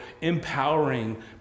empowering